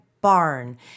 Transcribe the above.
barn